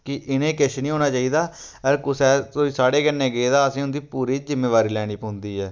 कि इ'नें ई किश नेईं होना चाहिदा अगर कुसै कोई साढ़े कन्नै गेदा असें उं'दी पूरी जिम्मेबारी लैनी पौंदी ऐ